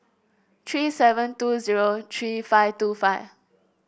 three seven two zero three five two five